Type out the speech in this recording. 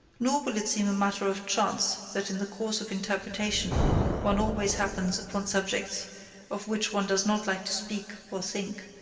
nor will it seem a matter of chance that in the course of interpretation one always happens upon subjects of which one does not like to speak or think.